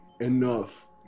enough